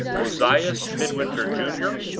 ozias midwinter, junior,